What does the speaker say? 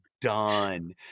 done